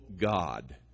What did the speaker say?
God